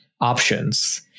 options